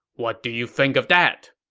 what do you think of that?